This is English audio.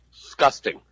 disgusting